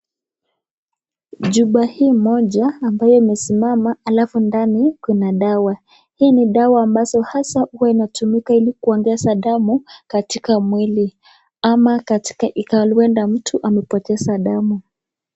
Chupa hii moja ambaye imesimama alafu ndani Kuna dawa hii ni dawa ambazo haswa huwa inatumika hili kuongeza damu katika mwili ama katika ikawa uenda mtu amepotesa damu.